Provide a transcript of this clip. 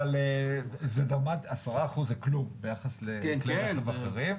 אבל 10% זה כלום ביחס לכלי רכב אחרים.